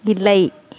இல்லை